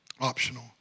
optional